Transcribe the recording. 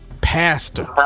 pastor